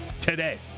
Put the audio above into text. today